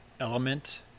element